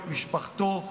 את משפחתו,